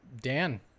Dan